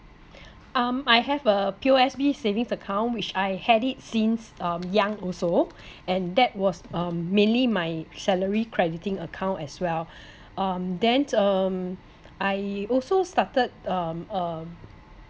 um I have a P_O_S_B savings account which I had it since um young also and that was um mainly my salary crediting account as well um then um I also started um um